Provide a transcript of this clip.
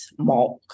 malk